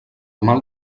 mal